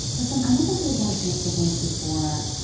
listen i never really got a chance to thank you for.